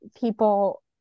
people